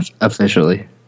officially